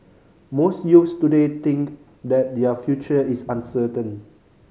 most youths today think that their future is uncertain